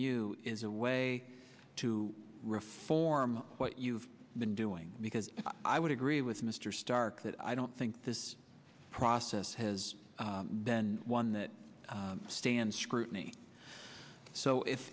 you is a way to reform what you've been doing because i would agree with mr stark that i don't think this process has been one that stands scrutiny so